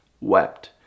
wept